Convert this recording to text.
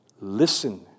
listen